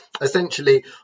essentially